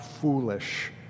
foolish